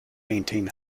maintain